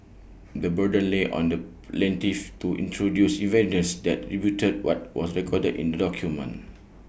the burden lay on the plaintiff to introduce evidence that rebutted what was recorded in the document